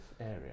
area